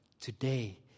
Today